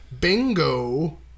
Bingo